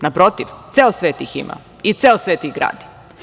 Naprotiv, ceo svet ih ima i ceo svet ih gradi.